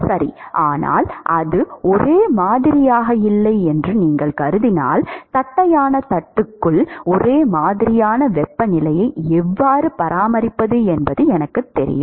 சரி ஆனால் அது ஒரே மாதிரியாக இல்லை என்று நீங்கள் கருதினால் தட்டையான தட்டுக்குள் ஒரே மாதிரியான வெப்பநிலையை எவ்வாறு பராமரிப்பது என்பது எனக்குத் தெரியும்